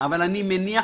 אני מניח